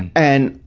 and,